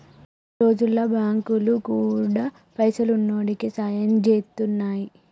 ఈ రోజుల్ల బాంకులు గూడా పైసున్నోడికే సాయం జేత్తున్నయ్